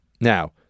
Now